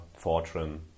Fortran